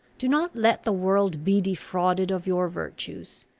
do not let the world be defrauded of your virtues.